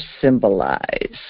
symbolize